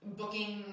booking